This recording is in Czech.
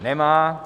Nemá.